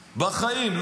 בחיים.